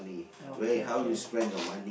okay okay